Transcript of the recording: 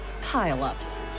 pile-ups